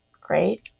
great